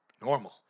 Normal